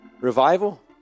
revival